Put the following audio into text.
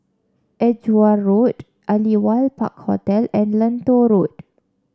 Edgware Road Aliwal Park Hotel and Lentor Road